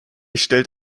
stellt